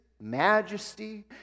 majesty